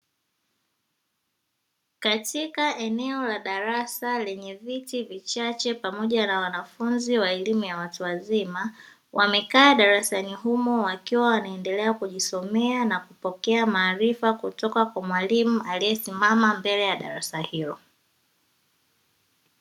Katika eneo la darasa lenye viti vichache pamoja na wanafunzi wa elimu ya watu wazima wamekaa darasani humo wakiwa wanaendelea kujisomea na kupokea maarifa kutoka kwa mwalimu aliyesimama mbele ya darasa hilo.